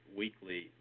weekly